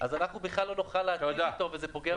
אז אנחנו בכלל לא נוכל לתאם איתו וזה פוגע.